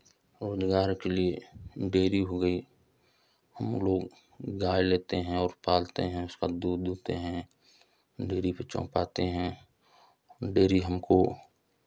रोजगार के लिए डेयरी हो गई हमलोग गाय लेते हैं और पालते हैं उसका दूध दूहते हैं डेयरी पे पहुँचाते हैं डेयरी हमको